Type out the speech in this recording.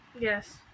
Yes